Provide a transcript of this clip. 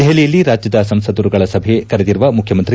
ದೆಹಲಿಯಲ್ಲಿ ರಾಜ್ಯದ ಸಂಸದರುಗಳ ಸಭೆ ಕರೆದಿರುವ ಮುಖ್ಯಮಂತ್ರಿ